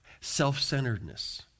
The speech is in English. Self-centeredness